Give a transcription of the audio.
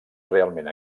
realment